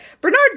Bernard